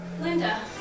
Linda